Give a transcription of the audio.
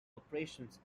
operations